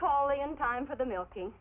call it in time for the milking